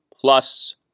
plus